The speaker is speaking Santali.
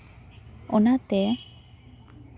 ᱚᱱᱟᱛᱮ